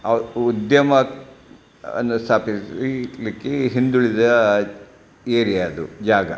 ಅವ್ರ ಉದ್ಯಮ ಅನ್ನು ಸ್ಥಾಪಿಸಲಿಕ್ಕೆ ಹಿಂದುಳಿದ ಏರಿಯಾದು ಜಾಗ